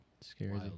Scary